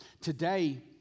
today